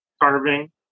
carving